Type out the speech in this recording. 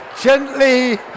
gently